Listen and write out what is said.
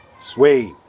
suede